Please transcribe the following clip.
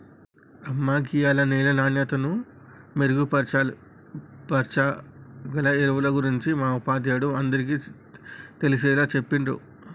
అమ్మ గీయాల నేల నాణ్యతను మెరుగుపరచాగల ఎరువుల గురించి మా ఉపాధ్యాయుడు అందరికీ తెలిసేలా చెప్పిర్రు